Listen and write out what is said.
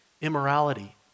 immorality